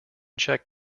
check